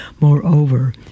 Moreover